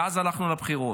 ואז הלכנו לבחירות.